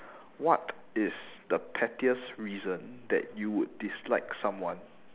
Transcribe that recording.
what is the pettiest reason that you would dislike someone